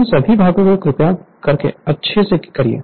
इन सभी भागों को कृपया करके अच्छे से करिए